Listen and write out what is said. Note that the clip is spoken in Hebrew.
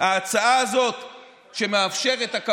אם